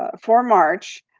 ah for march,